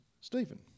Stephen